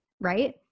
right